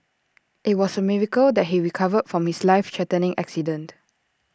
IT was A miracle that he recovered from his life threatening accident